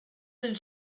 del